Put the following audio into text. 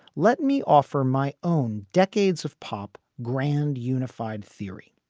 let me offer my own decades of pop grand unified theory.